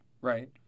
Right